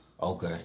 Okay